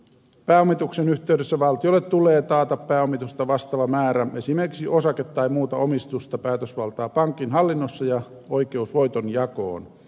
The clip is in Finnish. pääomituksen yhteydessä valtiolle tulee taata pääomitusta vastaava määrä esimerkiksi osake tai muuta omistusta päätösvaltaa pankin hallinnossa ja oikeus voitonjakoon